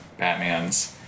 Batmans